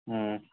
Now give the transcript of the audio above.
ꯎꯝ